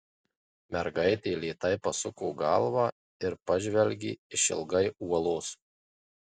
mergaitė lėtai pasuko galvą ir pažvelgė išilgai uolos